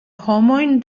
homojn